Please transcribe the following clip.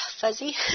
fuzzy